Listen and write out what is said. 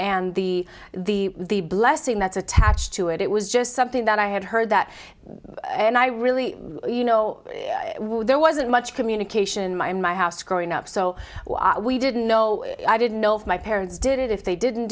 and the the the blessing that's attached to it it was just something that i had heard that and i really you know there wasn't much communication my in my house growing up so we didn't know i didn't know if my parents did it if they didn't